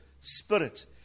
spirit